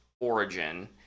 origin